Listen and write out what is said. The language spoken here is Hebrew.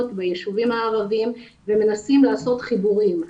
ביישובים הערביים ומנסים לעשות חיבורים.